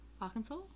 Arkansas